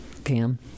Cam